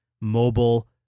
mobile